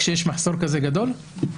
כשיש מחסור כזה גדול?